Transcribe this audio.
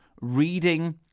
reading